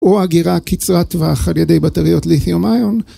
או הגירה קצרת טווח על ידי בטריות ליתיומיון.